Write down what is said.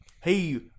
hey